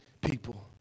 people